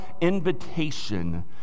invitation